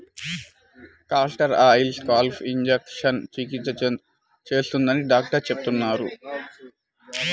castor oil scalp ఇన్ఫెక్షన్లకు చికిత్స చేస్తుందని డాక్టర్లు చెబుతున్నారు